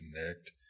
connect